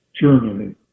Germany